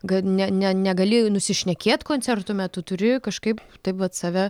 kad ne ne negali nusišnekėt koncertų metu turi kažkaip taip vat save